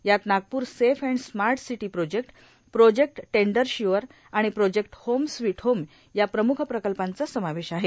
यात Nagpur safe and smart city project project tendersure आणि project home sweet home या प्रम्ख प्रकल्पांचा समावेश आहे